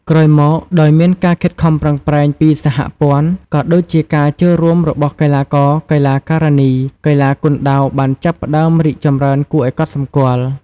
ក្រោយមក ដោយមានការខិតខំប្រឹងប្រែងពីសហព័ន្ធ ក៏ដូចជាការចូលរួមរបស់កីឡាករ-កីឡាការិនី កីឡាគុនដាវបានចាប់ផ្តើមរីកចម្រើនគួរឱ្យកត់សម្គាល់។